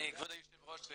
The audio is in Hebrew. כבוד היושב ראש,